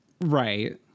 Right